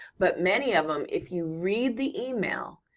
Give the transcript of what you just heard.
but many of em, if you read the email,